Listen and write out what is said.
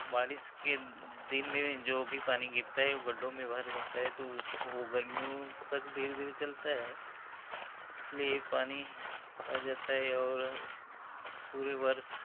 बारिश के दिन में जो भी पानी भी गिरता है वो गड्ढों में भर जाता है तो वो गर्मियों तक धीरे धीरे चलता है इसलिए पानी आ जाता है ओर पूरे वर्ष